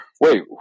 Wait